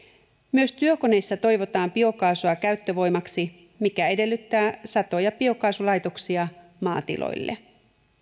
myös työkoneissa toivotaan biokaasua käyttövoimaksi mikä edellyttää satoja biokaasulaitoksia maatiloille